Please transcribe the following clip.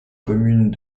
communes